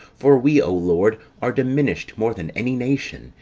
for we, o lord, are diminished more than any nation,